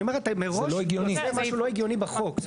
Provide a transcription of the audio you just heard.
אני אומר מראש זה יוצר משהו לא הגיוני בחוק.